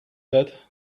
that